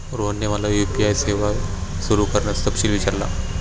रोहनने मला यू.पी.आय सेवा सुरू करण्याचा तपशील विचारला